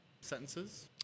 sentences